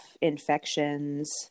infections